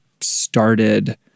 started